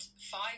five